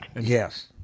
Yes